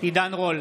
עידן רול,